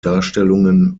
darstellungen